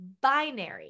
binary